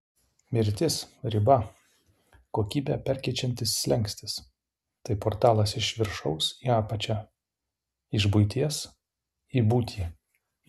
mirtis riba kokybę perkeičiantis slenkstis tai portalas iš viršaus į apačią iš buities į būtį